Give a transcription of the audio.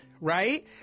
right